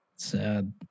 sad